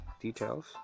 details